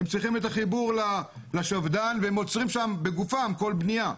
הם צריכים את החיבור לשפדן והם עוצרים שם בגופם כל בנייה.